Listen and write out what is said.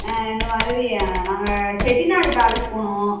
இந்த மாதிரி நாங்கள் செட்டிநாடு பேலஸ் போகணும்